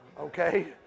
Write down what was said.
Okay